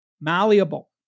malleable